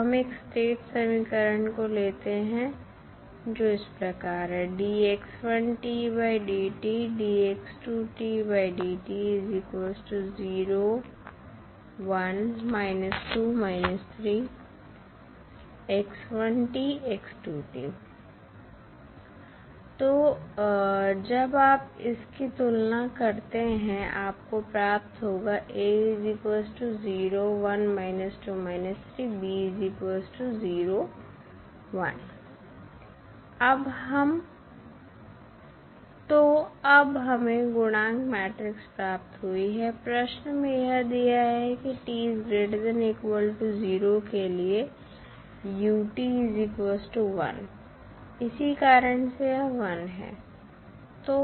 तो हम एक स्टेट समीकरण को लेते हैं जो इस प्रकार है तो जब आप इसकी तुलना करते हैं आपको प्राप्त होगा तो अब हमें गुणांक मैट्रिक्स प्राप्त हुई है प्रश्न में यह दिया है कि के लिए इसी कारण से यह 1 है